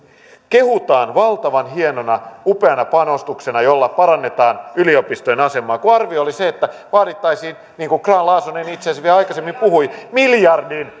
kehutaan valtavan hienona upeana panostuksena jolla parannetaan yliopistojen asemaa kun arvio oli se että vaadittaisiin niin kuin grahn laasonen itse asiassa vielä aikaisemmin puhui miljardin